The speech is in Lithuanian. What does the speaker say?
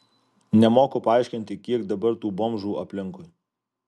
nemoku paaiškinti kiek dabar tų bomžų aplinkui